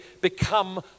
become